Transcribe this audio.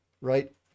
right